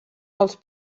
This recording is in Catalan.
els